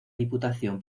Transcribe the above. diputación